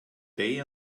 day